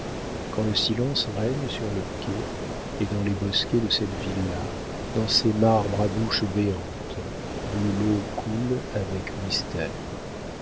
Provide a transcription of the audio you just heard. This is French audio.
quand le silence règne sur le quai et dans les bosquets de cette villa dans ses marbres à bouches béantes d'où l'eau coule avec mystère